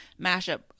mashup